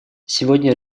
сегодня